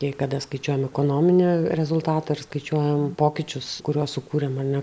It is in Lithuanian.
jei kada skaičiuojam ekonominį rezultatą ir skaičiuojam pokyčius kuriuos sukūrėm ar ne